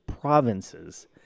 provinces